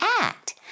act